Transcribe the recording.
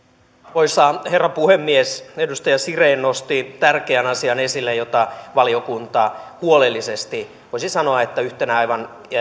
arvoisa herra puhemies edustaja siren nosti tärkeän asian esille jota valiokunta huolellisesti voisi sanoa että yhtenä aivan